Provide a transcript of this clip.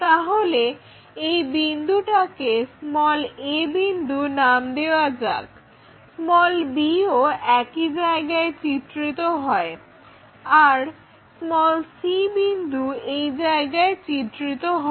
তাহলে এই বিন্দুটাকে a বিন্দু নাম দেওয়া যাক b ও একই জায়গায় চিত্রিত হয় আর c বিন্দু এই জায়গায় চিত্রিত হবে